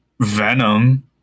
Venom